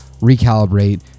recalibrate